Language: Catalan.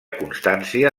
constància